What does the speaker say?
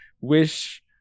wish